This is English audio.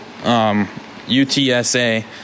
UTSA